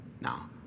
Now